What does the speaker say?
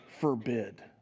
forbid